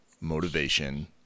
motivation